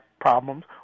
problems